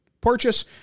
purchase